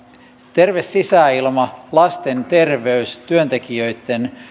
terve sisäilma lasten terveys työntekijöitten